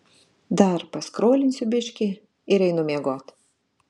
dar paskrolinsiu biškį ir einu miegot